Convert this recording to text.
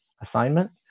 assignment